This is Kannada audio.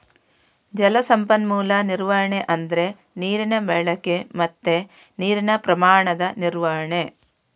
ಜಲ ಸಂಪನ್ಮೂಲ ನಿರ್ವಹಣೆ ಅಂದ್ರೆ ನೀರಿನ ಬಳಕೆ ಮತ್ತೆ ನೀರಿನ ಪ್ರಮಾಣದ ನಿರ್ವಹಣೆ